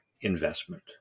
investment